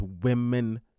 women